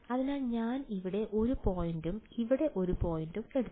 അതിനാൽ ഞാൻ ഇവിടെ 1 പോയിന്റും ഇവിടെ 1 പോയിന്റും എടുത്ത്